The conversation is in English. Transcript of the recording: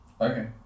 Okay